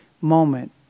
moment